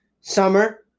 Summer